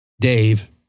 Dave